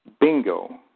Bingo